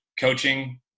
coaching